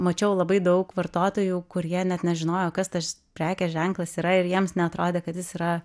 mačiau labai daug vartotojų kurie net nežinojo kas tas prekės ženklas yra ir jiems neatrodė kad jis yra